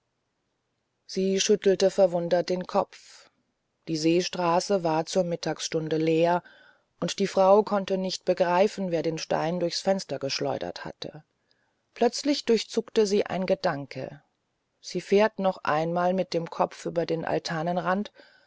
sie schüttelte verwundert den kopf die seestraße war zur mittagsstunde leer und die frau konnte nicht begreifen wer den stein durchs fenster geschleudert hätte plötzlich durchzuckte sie ein gedanke sie fährt noch einmal mit dem kopf über den altanenrand